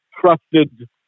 trusted